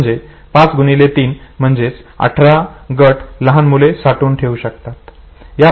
म्हणजे 5 x 3 म्हणजेच 18 गट लहान मुले साठवून ठेवू शकतात